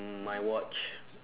mm my watch